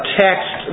text